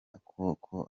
koko